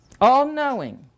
all-knowing